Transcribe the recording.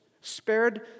spared